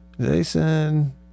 Jason